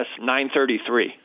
933